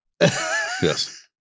Yes